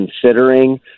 considering